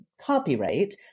copyright